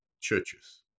churches